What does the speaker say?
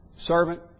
servant